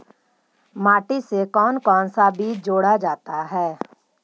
माटी से कौन कौन सा बीज जोड़ा जाता है?